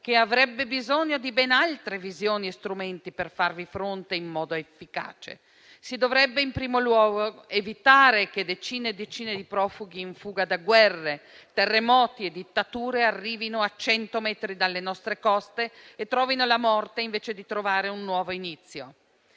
che avrebbe bisogno di ben altri visioni e strumenti per farvi fronte in modo efficace. Si dovrebbe in primo luogo evitare che decine e decine di profughi, in fuga da guerre, terremoti e dittature, arrivino a cento metri dalle nostre coste e trovino la morte, invece di trovare un nuovo inizio.